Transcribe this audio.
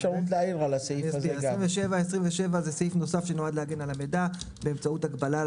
הוא סעיף נוסף שנועד להגן על המידע באמצעות הגבלה על